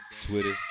Twitter